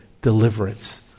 deliverance